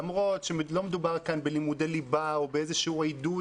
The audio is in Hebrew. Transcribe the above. למרות שלא מדובר כאן בלימודי ליבה או בעידוד